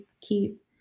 keep